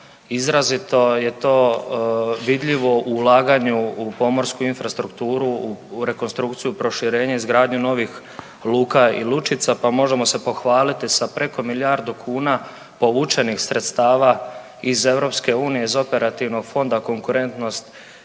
izrazito je to vidljivo u ulaganju u pomorsku infrastrukturu u rekonstrukciju proširenje, izgradnju novih luka i lučica pa možemo se pohvaliti sa preko milijardu kuna povučenih sredstava iz EU iz Operativnog fonda Konkurentnost